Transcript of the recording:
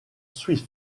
swift